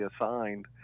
assigned